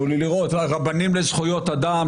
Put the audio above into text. רבנים לזכויות אדם,